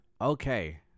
Okay